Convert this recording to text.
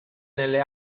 nelle